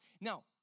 Now